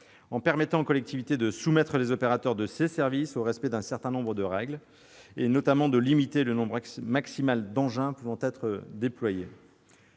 en permettant aux collectivités de soumettre les opérateurs de ces services au respect d'un certain nombre de règles, et notamment de limiter le nombre maximal d'engins pouvant être déployés.